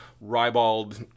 ribald